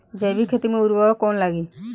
जैविक खेती मे उर्वरक कौन लागी?